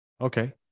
Okay